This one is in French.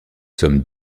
sommes